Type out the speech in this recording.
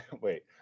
Wait